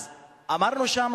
אז אמרנו שם,